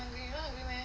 eh you not hungry meh